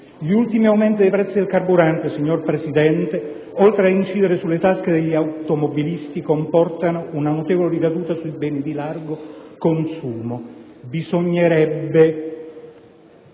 Gli ultimi aumenti dei prezzi dei carburanti, signor Presidente, oltre ad incidere sulle tasche degli automobilisti, comportano una notevole ricaduta sui beni di largo consumo. Riteniamo